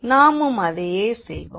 நாமும் அதையே செய்வோம்